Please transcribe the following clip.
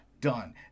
done